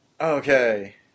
Okay